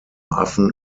affen